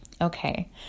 Okay